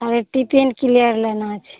आओर tiffin carrier लेना छै